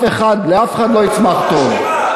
לאף אחד לא יצמח טוב.